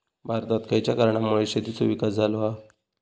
भारतात खयच्या कारणांमुळे शेतीचो विकास झालो हा?